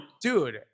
Dude